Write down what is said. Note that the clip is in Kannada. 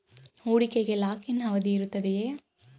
ಹೂಡಿಕೆಗೆ ಲಾಕ್ ಇನ್ ಅವಧಿ ಇರುತ್ತದೆಯೇ?